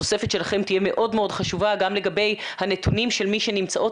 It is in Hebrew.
התוספת שלכם תהיה מאוד חשובה גם לגבי הנתונים של מי שנמצאות